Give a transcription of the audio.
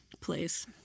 place